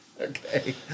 Okay